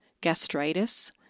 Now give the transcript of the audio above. gastritis